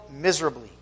miserably